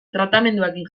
tratamenduarekin